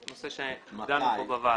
נושא שדנו כאן בוועדה.